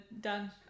done